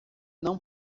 não